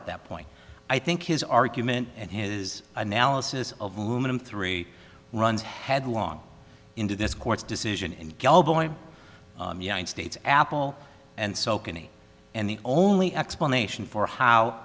at that point i think his argument and his analysis of luminance three runs headlong into this court's decision in the united states apple and so kony and the only explanation for how